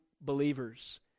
believers